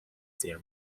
their